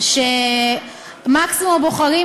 מקסימום הבוחרים